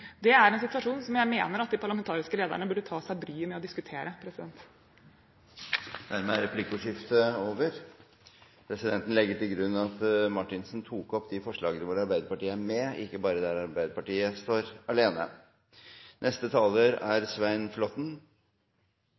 Det er en situasjon som jeg mener at de parlamentariske lederne burde ta seg bryet med å diskutere. Dermed er replikkordskiftet over. Ja, det er bare en budsjettrevisjon, som mange har påpekt, men den reviderer et helt budsjett, og der ligger de store linjene i norsk økonomisk politikk. Derfor er